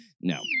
No